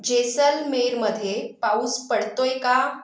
जेसलमेरमध्ये पाऊस पडतोय का